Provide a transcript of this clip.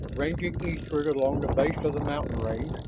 ranging eastward along the base of the mountain range,